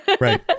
Right